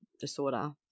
disorder